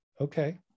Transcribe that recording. Okay